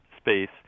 space